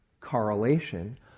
correlation